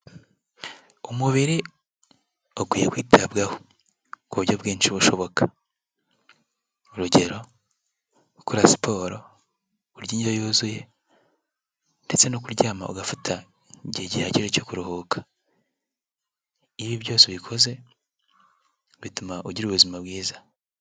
Umubiri ukwiye kwitabwaho ku buryo bwinshi bushoboka urugero gukora siporo urya indyo yuzuye ndetse no kuryama ugafata igihe gihagije cyo kuruhuka iyo byose ubikoze bituma ugira ubuzima bwiza.